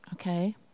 Okay